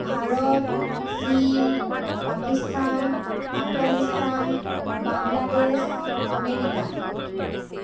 ভাৰত চীন পাকিস্তান আফগানিস্তান বাংলাদেশ আমেৰিকা